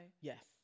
Yes